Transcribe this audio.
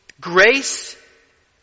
grace